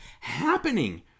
happening